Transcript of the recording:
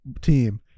team